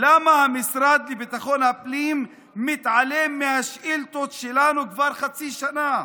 למה המשרד לביטחון הפנים מתעלם מהשאילתות שלנו כבר חצי שנה?